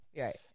Right